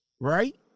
right